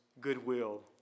goodwill